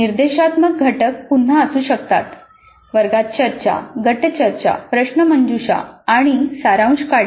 निर्देशात्मक घटक पुन्हा असू शकतात वर्गात चर्चा गट चर्चा प्रश्नमंजुषा आणि सारांश काढणे